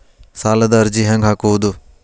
ಸಾಲದ ಅರ್ಜಿ ಹೆಂಗ್ ಹಾಕುವುದು?